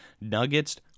Nuggets